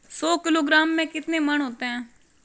सौ किलोग्राम में कितने मण होते हैं?